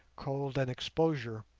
cold, and exposure.